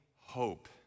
hope